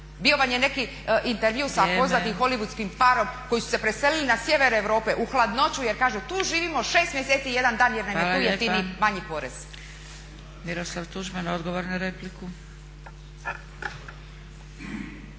Bio vam je neki intervju sa poznatim holivudskim parom koji su se preselili na sjever Europe u hladnoću jer kaže tu živimo 6 mjeseci 1 dan jer nam je tu jeftiniji, manji porez. **Zgrebec, Dragica